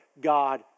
God